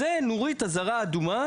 זוהי נורת אזהרה אדומה